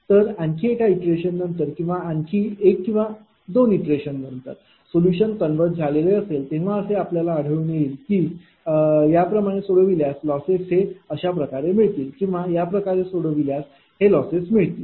तर आणखी एका इटरेशन नंतर किंवा आणखी एक किंवा दोन जेव्हा इटरेशन नंतर सोलुशन कन्वर्ज झालेले असेल तेव्हा असे आढळून येते की याप्रमाणे सोडविल्यास लॉसेस हे अशाप्रकारे मिळतील किंवा याप्रकारे सोडविल्यास अशाप्रकारे हे लॉसेस मिळतील